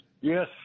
Yes